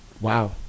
Wow